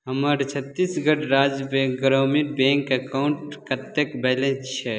हमर छत्तीसगढ़ राज्य बैंक ग्रामीण बैंक अकाउंट कतेक बैलेंस छै